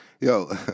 Yo